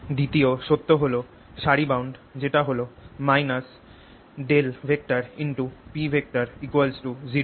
দ্বিতীয় সত্য হল সারি বাউন্ড যেটা হল P 0